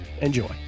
Enjoy